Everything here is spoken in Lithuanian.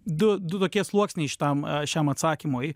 du du tokie sluoksniai šitam šiam atsakymui